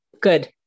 good